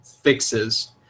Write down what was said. fixes